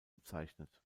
bezeichnet